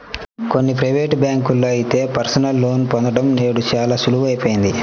కొన్ని ప్రైవేటు బ్యాంకుల్లో అయితే పర్సనల్ లోన్ పొందడం నేడు చాలా సులువయిపోయింది